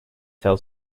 tell